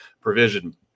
provision